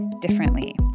differently